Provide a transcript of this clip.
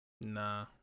Nah